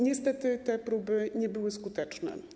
Niestety te próby nie były skuteczne.